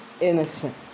innocent